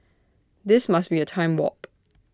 this must be A time warp